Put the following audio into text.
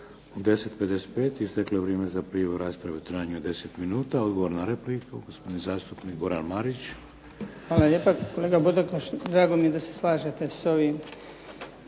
10,55 isteklo je vrijeme za prijavu rasprave u trajanju od 10 minuta. Odgovor na repliku, gospodin zastupnik Goran Marić. **Marić, Goran (HDZ)** Hvala lijepa. Kolega Bodakoš, drago mi je da se slažete s ovim